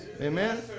Amen